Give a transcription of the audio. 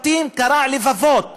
בתים, קרעה לבבות.